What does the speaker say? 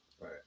right